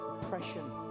oppression